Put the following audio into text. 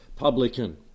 Publican